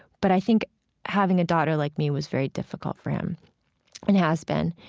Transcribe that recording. but i think having a daughter like me was very difficult for him and has been.